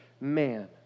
man